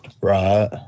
Right